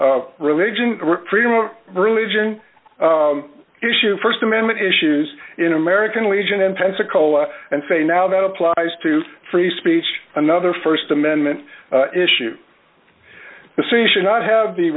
the religion freedom of religion issue st amendment issues in american legion in pensacola and say now that applies to free speech another st amendment issue the city should not have the